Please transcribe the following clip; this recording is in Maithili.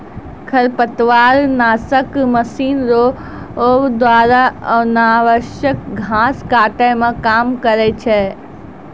खरपतवार नासक मशीन रो द्वारा अनावश्यक घास काटै मे काम करै छै